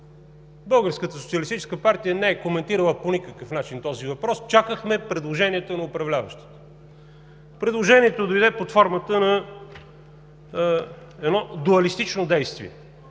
Българската социалистическа партия не е коментирала по никакъв начин този въпрос. Чакахме предложението на управляващите. Предложението дойде под формата на едно дуалистично действие